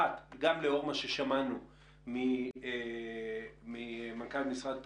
גם לאור מה ששמענו ממנכ"ל משרד התחבורה,